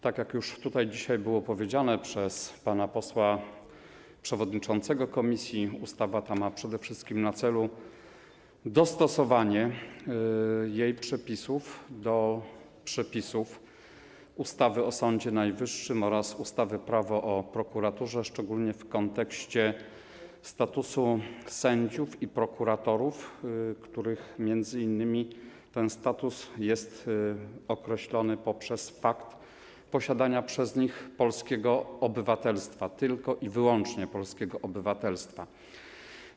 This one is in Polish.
Tak jak już tutaj dzisiaj było powiedziane przez pana posła przewodniczącego komisji, ustawa ta ma przede wszystkim na celu dostosowanie przepisów do przepisów ustawy o Sądzie Najwyższym oraz ustawy Prawo o prokuraturze, szczególnie w kontekście statusu sędziów i prokuratorów, których status jest określony m.in. poprzez fakt posiadania przez nich polskiego obywatelstwa - tylko i wyłącznie polskiego obywatelstwa.